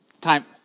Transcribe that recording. Time